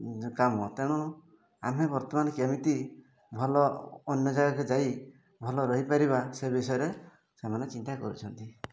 କାମ ତେଣୁ ଆମେ ବର୍ତ୍ତମାନ କେମିତି ଭଲ ଅନ୍ୟ ଜାଗାକୁ ଯାଇ ଭଲ ରହିପାରିବା ସେ ବିଷୟରେ ସେମାନେ ଚିନ୍ତା କରୁଛନ୍ତି